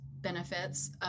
benefits